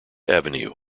avenue